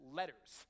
letters